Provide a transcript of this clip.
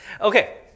Okay